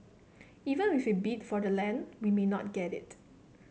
even if we bid for the land we may not get it